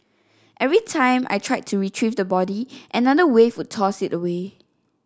every time I tried to retrieve the body another wave would toss it away